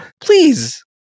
please